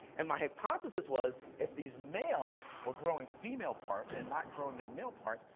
and my hypothesis was if these males were growing female parts and not growing their male parts,